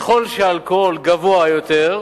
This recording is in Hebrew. ככל שאחוז האלכוהול גבוה יותר,